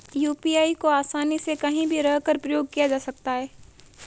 UPI को आसानी से कहीं भी रहकर प्रयोग किया जा सकता है